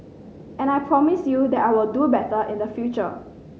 and I promise you that I will do better in the future